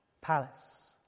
palace